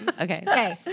Okay